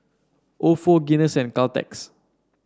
ofo Guinness and Caltex